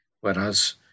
whereas